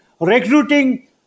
recruiting